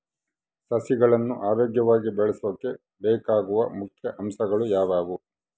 ಸಸಿಗಳನ್ನು ಆರೋಗ್ಯವಾಗಿ ಬೆಳಸೊಕೆ ಬೇಕಾಗುವ ಮುಖ್ಯ ಅಂಶಗಳು ಯಾವವು?